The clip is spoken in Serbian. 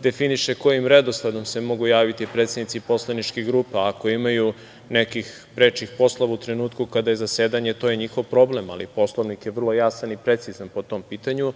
definiše kojim redosledom se mogu javiti predsednici poslaničkih grupa, ako imaju nekih prečih poslova u trenutku kada je zasedanje, to je njihov problem, ali Poslovnik je vrlo jasan i precizan po tom pitanju.